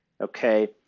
Okay